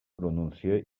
pronuncie